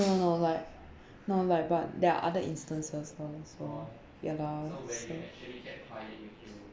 no no like no like but there are other instances lor so ya lah so